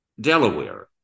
Delaware